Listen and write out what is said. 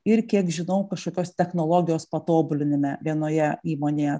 ir kiek žinau šitos technologijos patobulinime vienoje įmonėje